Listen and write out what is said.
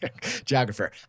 geographer